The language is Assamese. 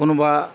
কোনোবা